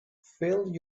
fill